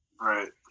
Right